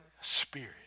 spirit